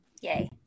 Yay